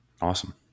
awesome